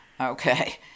Okay